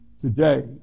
today